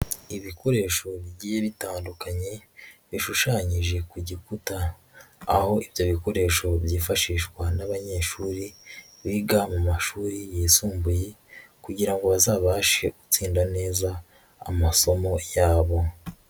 Ibikoresho bigiye bitandukanye bishushanyije ku gikuta, aho ibyo bikoresho byifashishwa n'abanyeshuri biga mu mashuri yisumbuye kugira ngo bazabashe gutsinda neza amasomo yabo.